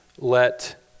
let